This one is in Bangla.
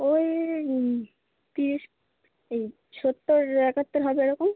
ওই তিরিশ এই সত্তর একাত্তর হবে এরকম